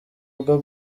bwo